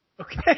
Okay